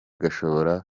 gashobora